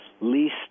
least